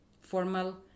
formal